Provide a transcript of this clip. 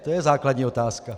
To je základní otázka.